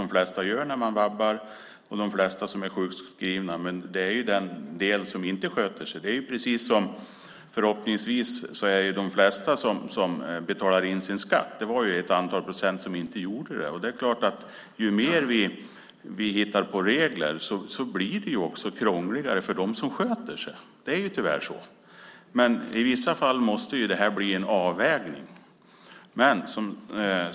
De flesta som vabbar eller är sjukskrivna sköter sig, men det finns en del som inte sköter sig. På precis samma sätt betalar de flesta in sin skatt, men det finns några procent som inte gör det. Det är klart att ju fler regler vi hittar på, desto krångligare blir det för dem som sköter sig. Det är ju tyvärr så. I vissa fall måste det bli en avvägning.